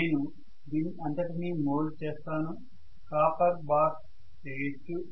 నేను దీని అంతటిని మోల్డ్ చేస్తాను కాపర్ బార్స్ చేయొచ్చు